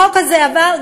החוק הזה עבר,